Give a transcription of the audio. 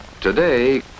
Today